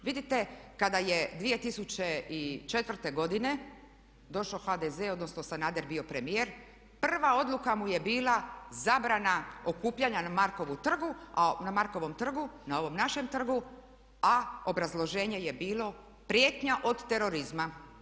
Vidite kada je 2004. godine došao HDZ odnosno Sanader bio premijer, prva odluka mu je bila zabrana okupljana na Markovom trgu, na ovom našem trgu a obrazloženje je bilo prijetnja od terorizma.